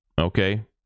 Okay